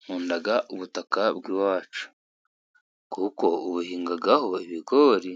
Nkunda ubutaka bw'iwacu kuko ubuhingaho ibigori